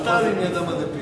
ידע מה זה peace.